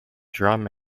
drum